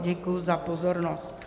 Děkuji za pozornost.